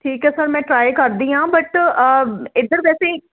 ਠੀਕ ਹੈ ਸਰ ਮੈਂ ਟਰਾਈ ਕਰਦੀ ਆ ਬਟ ਇੱਧਰ ਵੈਸੇ